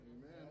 Amen